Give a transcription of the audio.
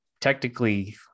technically